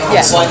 Yes